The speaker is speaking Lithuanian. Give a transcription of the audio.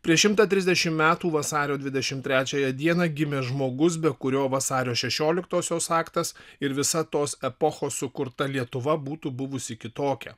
prieš šimtą trisdešimt metų vasario dvidešimt trečiąją dieną gimė žmogus be kurio vasario šešioliktosios aktas ir visa tos epochos sukurta lietuva būtų buvusi kitokia